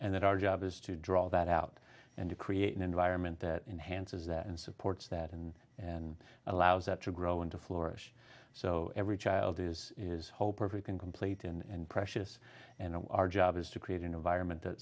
and that our job is to draw that out and to create an environment that enhances that and supports that and and allows that to grow into florida so every child is is hope we can complete and precious and our job is to create an environment that